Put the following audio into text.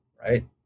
right